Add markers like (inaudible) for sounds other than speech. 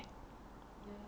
(noise)